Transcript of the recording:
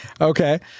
okay